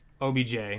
OBJ